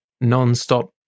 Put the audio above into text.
non-stop